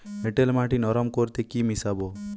এঁটেল মাটি নরম করতে কি মিশাব?